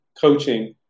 coaching